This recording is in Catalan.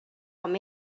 com